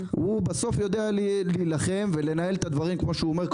הוא בסוף יודע להילחם ולנהל את הדברים כמו שהוא אומר,